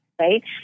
right